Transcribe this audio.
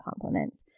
compliments